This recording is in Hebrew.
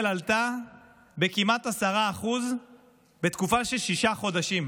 עלתה בכמעט 10% בתקופה של שישה חודשים.